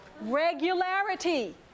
Regularity